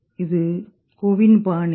இது கொலின் பாணி